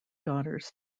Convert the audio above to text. daughters